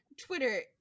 twitter